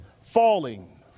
falling